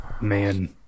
Man